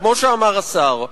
זה במקרה.